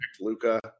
luca